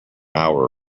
hour